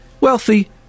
wealthy